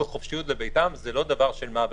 בחופשיות לביתם זה לא דבר של מה בכך,